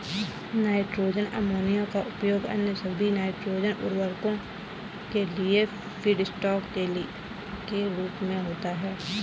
nitrogen ammonia का उपयोग अन्य सभी नाइट्रोजन उवर्रको के लिए फीडस्टॉक के रूप में होता है